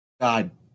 God